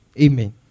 Amen